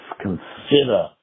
consider